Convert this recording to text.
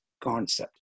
concept